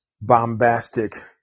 bombastic